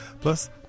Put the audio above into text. Plus